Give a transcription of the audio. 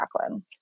Jacqueline